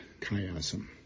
chiasm